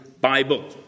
Bible